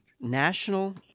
National